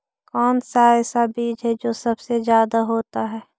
कौन सा ऐसा बीज है जो सबसे ज्यादा होता है?